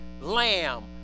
lamb